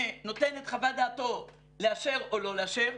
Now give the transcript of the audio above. ונותן את חוות דעתו לאפשר או לאפשר,